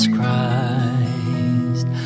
Christ